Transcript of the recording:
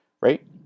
right